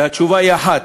התשובה היא אחת: